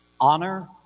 honor